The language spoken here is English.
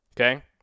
okay